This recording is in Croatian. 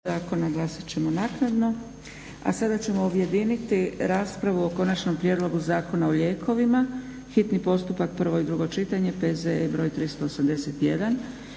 Dragica (SDP)** A sada ćemo objediniti raspravu - Konačni prijedlog zakona o lijekovima, hitni postupak, prvo i drugo čitanje, PZE br. 381